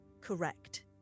correct